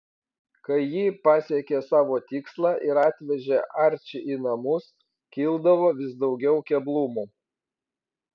kai ji pasiekė savo tikslą ir atvežė arčį į namus kildavo vis daugiau keblumų